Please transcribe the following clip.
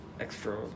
extra